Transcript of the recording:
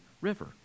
River